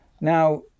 Now